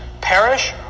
perish